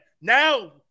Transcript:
Now